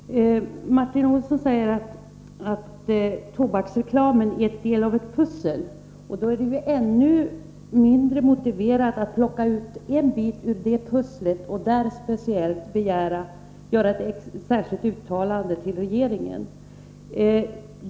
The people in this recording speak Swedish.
Herr talman! Martin Olsson säger att tobaksreklamen är en del av ett pussel. Då är det ju ännu mindre motiverat att plocka ut en bit ur detta pussel och där göra ett särskilt uttalande till regeringen.